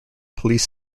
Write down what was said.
police